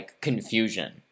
confusion